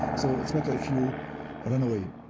so it's better if you run away.